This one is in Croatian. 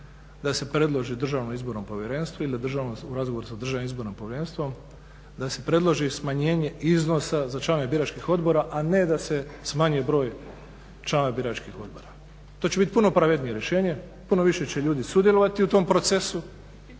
da se predloži DIP-u ili u razgovoru sa DIP-om da se predloži smanjenje iznosa za članove biračkih odbora, a ne da se smanji broj članova biračkih odbora. To će biti puno pravednije rješenje, puno više ljudi će sudjelovati u tom procesu.